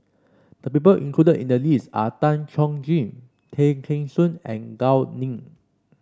the people included in the list are Tan Chuan Jin Tay Kheng Soon and Gao Ning